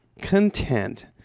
Content